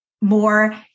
more